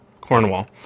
Cornwall